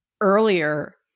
earlier